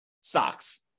stocks